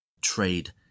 trade